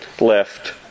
left